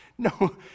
No